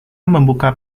membuka